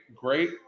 great